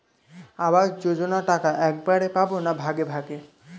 আবাস যোজনা টাকা একবারে পাব না ভাগে ভাগে?